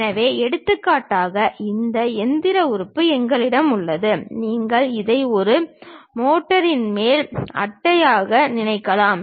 எனவே எடுத்துக்காட்டாக இந்த இயந்திர உறுப்பு எங்களிடம் உள்ளது நீங்கள் இதை ஒரு மோட்டரின் மேல் அட்டையாக நினைக்கலாம்